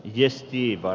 jeshiva